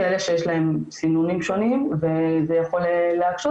לאלה שיש להם סינונים שונים וזה יכול להקשות.